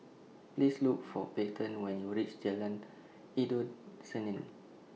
Please Look For Payten when YOU REACH Jalan Endut Senin